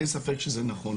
אין ספק שזה נכון,